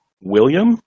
William